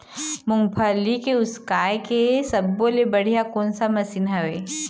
मूंगफली के उसकाय के सब्बो ले बढ़िया कोन सा मशीन हेवय?